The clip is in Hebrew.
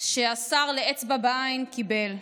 שהשר לאצבע בעין קיבל.